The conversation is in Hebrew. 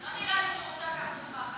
לא נראה לי שהוא ירצה לקחת אותך אחרי,